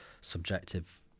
subjective